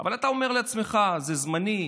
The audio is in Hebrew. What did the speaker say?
אבל אתה אומר לעצמך: זה זמני,